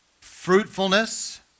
fruitfulness